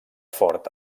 ford